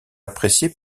apprécié